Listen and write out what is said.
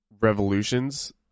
Revolutions